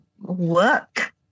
work